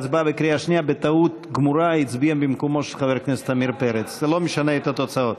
הצבעתי בטעות אצל עמיר בשנייה ואצלי בשלישית.